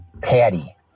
Patty